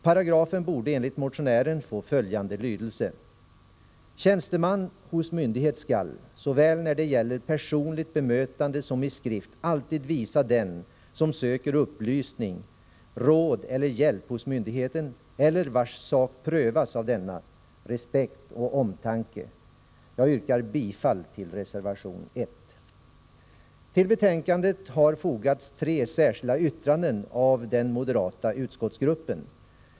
Paragrafen borde enligt motionen få följande lydelse: Tjänsteman hos myndighet skall, såväl när det gäller personligt bemötande som i skrift, alltid visa den som söker upplysning, råd eller hjälp hos myndigheten, eller vars sak prövas av denna, respekt och omtanke. Jag yrkar bifall till reservation 1. Till betänkandet har fogats tre särskilda yttranden av den moderata utskottsgruppen.